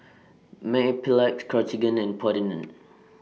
Mepilex Cartigain and